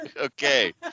Okay